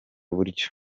buryo